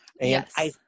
Yes